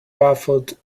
baffled